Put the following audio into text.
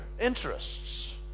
interests